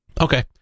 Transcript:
Okay